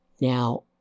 Now